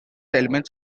elements